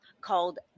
called